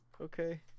Okay